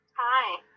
Hi